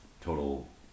total